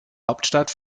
hauptstadt